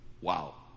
Wow